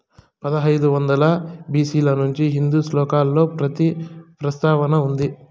పదహైదు వందల బి.సి ల నుంచే హిందూ శ్లోకాలలో పత్తి ప్రస్తావన ఉంది